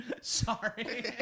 Sorry